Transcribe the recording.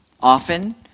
Often